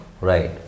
Right